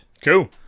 cool